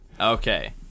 Okay